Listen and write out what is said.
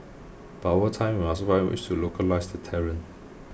but what time we must find ways to localise the talent